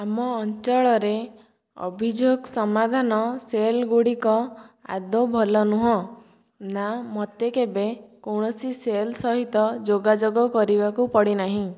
ଆମ ଅଞ୍ଚଳରେ ଅଭିଯୋଗ ସମାଧାନ ସେଲ୍ ଗୁଡ଼ିକ ଆଦୌ ଭଲ ନୁହେଁ ନା ମୋତେ କେବେ କୌଣସି ସେଲ୍ ସହିତ ଯୋଗାଯୋଗ କରିବାକୁ ପଡ଼ିନାହିଁ